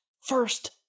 first